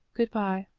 good-bye.